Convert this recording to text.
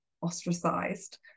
ostracized